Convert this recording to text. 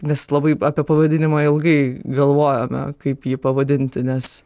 nes labai apie pavadinimą ilgai galvojome kaip jį pavadinti nes